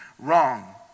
wrong